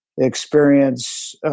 experience